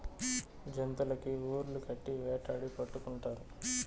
జంతులకి ఉర్లు కట్టి వేటాడి పట్టుకుంటారు